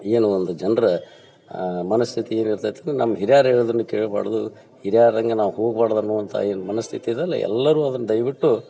ಈಗಿನ ಒಂದು ಜನರ ಮನಸ್ಥಿತಿ ಏನಿರ್ತತಿ ನಮ್ಮ ಹಿರಿಯರು ಹೇಳಿದನ್ನು ಕೇಳ್ಬಾರ್ದು ಹಿರಿಯರ ಹಾಗೆ ನಾವು ಹೋಗ್ಬಾರ್ದು ಅನ್ನುವಂಥ ಈ ಮನಸ್ಥಿತಿಯಲ್ಲಿ ಎಲ್ಲರೂ ಅದನ್ನು ದಯವಿಟ್ಟು